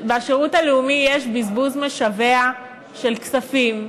יש בזבוז משווע של כספים,